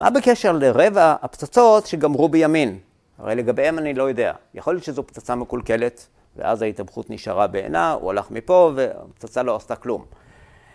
מה בקשר לרבע הפצצות שגמרו בימין? הרי לגביהם אני לא יודע, יכול להיות שזו פצצה מקולקלת ואז ההתאבכות נשארה בעינה, הוא הלך מפה והפצצה לא עשתה כלום